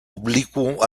oblicuo